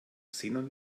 xenon